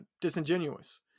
disingenuous